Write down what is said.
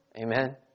Amen